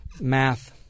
Math